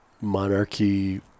monarchy